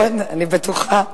נכון, אני בטוחה.